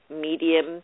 medium